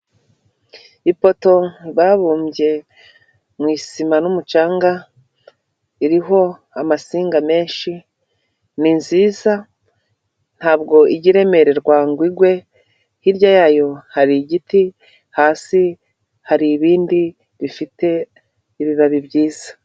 Ipoto babumbye mu isima n'umucanga, ririho amasinga menshi, ni nziza, ntabwo ijya iremererwa ngo igwe, hirya yayo hari igiti, hasi hari ibindi bifite ibibabi byiza.